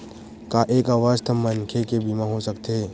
का एक अस्वस्थ मनखे के बीमा हो सकथे?